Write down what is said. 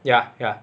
ya ya